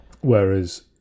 Whereas